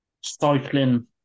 Cycling